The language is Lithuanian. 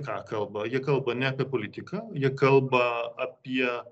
ką kalba jie kalba ne apie politiką ji kalba apie